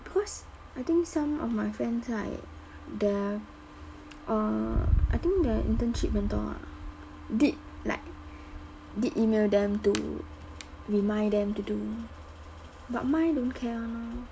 because I think some of my friends right their uh I think their internship mentor ah did like did email them to remind them to do but mine don't care [one] lor